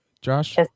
Josh